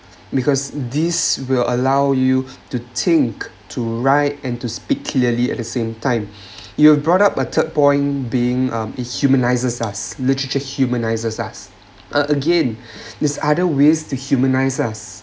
because this will allow you to think to write and to speak clearly at the same time you've brought up a third point being um it humanises us literature humanises us a~ again there's other ways to humanise us